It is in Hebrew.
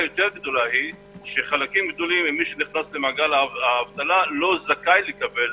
מי שנכנס לנישה הזו זה ארגוני הפשע ומשפחות הפשע שמציפות